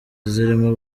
zirimo